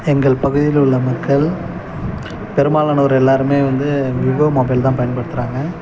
எங்கள் பகுதியில் உள்ள மக்கள் பெரும்பாலானோர் எல்லோருமே வந்து விவோ மொபைல் தான் பயன்படுத்துகிறாங்க